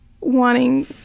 wanting